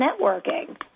networking